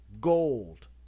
gold